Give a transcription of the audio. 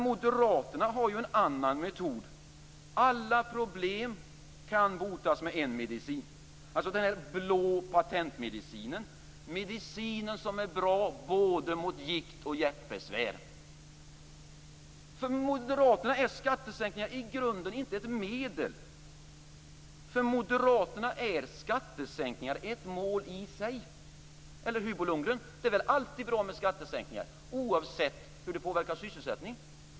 Moderaterna har en annan metod: Alla problem kan botas med en medicin - den blå patentmedicinen, som är bra både mot gikt och hjärtbesvär. För Moderaterna är skattesänkningar i grunden inte ett medel. För Moderaterna är skattesänkningar ett mål i sig, eller hur, Bo Lundgren? Det är väl alltid bra med skattesänkningar, oavsett hur de påverkar sysselsättningen?